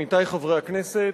עמיתי חברי הכנסת,